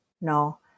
No